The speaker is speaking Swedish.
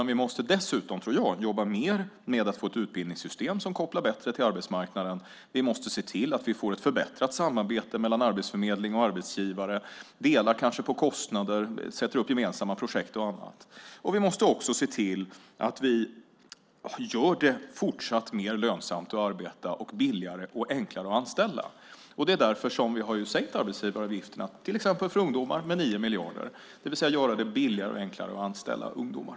Vi måste dessutom jobba mer med att få ett utbildningssystem som kopplar bättre till arbetsmarknaden. Vi måste se till att vi får ett förbättrat samarbete mellan arbetsförmedling och arbetsgivare och kanske dela på kostnader, sätta upp gemensamma projekt och annat. Vi måste också se till att vi gör det fortsatt mer lönsamt att arbeta och billigare och enklare att anställa. Därför har vi till exempel sänkt arbetsgivaravgifterna för ungdomar med 9 miljarder för att göra det billigare och enklare att anställa ungdomar.